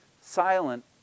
silent